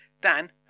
Dan